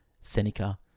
Seneca